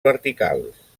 verticals